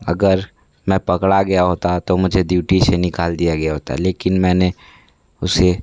अगर मैं पकड़ा गया होता तो मुझे ड्यूटी से निकाल दिया गया होता लेकिन मैंने उसे